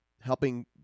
helping